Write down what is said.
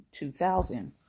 2000